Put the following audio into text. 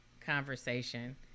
conversation